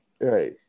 Right